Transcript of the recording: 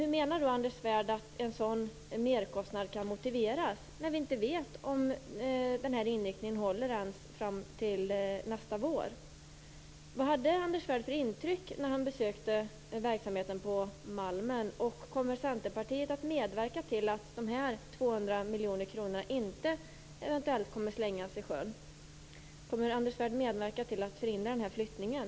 Hur menar då Anders Svärd att en sådan merkostnad kan motiveras när vi inte vet om den här inriktningen håller ens fram till nästa vår? Vad hade Anders Svärd för intryck när han besökte verksamheten på Malmen? Kommer Centerpartiet att medverka till att de 200 miljoner kronorna inte eventuellt kommer att slängas i sjön? Kommer Anders Svärd att medverka till att förhindra flyttningen?